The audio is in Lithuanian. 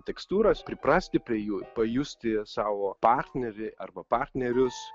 tekstūras priprasti prie jų pajusti savo partnerį arba partnerius